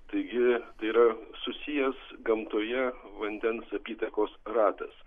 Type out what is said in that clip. taigi tai yra susijęs gamtoje vandens apytakos ratas